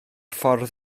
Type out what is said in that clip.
ffordd